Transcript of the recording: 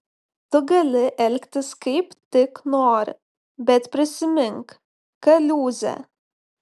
tu gali elgtis kaip tik nori bet prisimink kaliūzę